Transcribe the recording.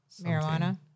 marijuana